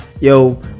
yo